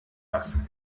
was